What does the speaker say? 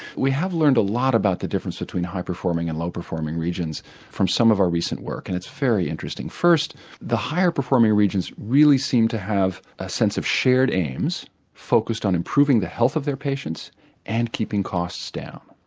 we have learned a lot about the difference between high performing and low performing regions from some of our recent work and it's very interesting. first the higher performing regions really seem to have a sense of shared aims focussed on improving the health of their patients and keeping costs down.